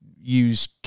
use